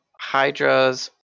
Hydras